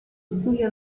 giulio